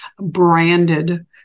branded